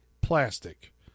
plastic